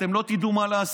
אתם לא תדעו מה לעשות.